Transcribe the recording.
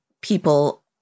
people